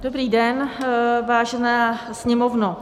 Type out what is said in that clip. Dobrý den, vážená Sněmovno.